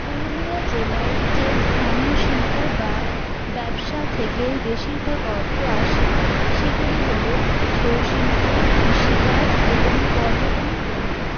পুরুলিয়া জেলায় যে স্থানীয় শিল্প বা ব্যবসা থেকে বেশির ভাগ অর্থ আসে সেগুলি হল ছৌ শিল্প কৃষিকাজ এবং পর্যটন কেন্দ্র